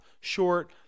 short